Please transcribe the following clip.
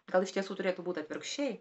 gal iš tiesų turėtų būt atvirkščiai